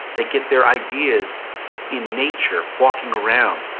they get their ideas in nature walking around.